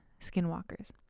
skinwalkers